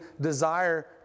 desire